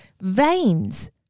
veins